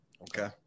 Okay